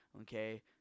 Okay